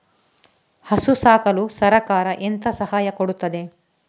ಹಸು ಸಾಕಲು ಸರಕಾರ ಎಂತ ಸಹಾಯ ಕೊಡುತ್ತದೆ?